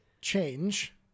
change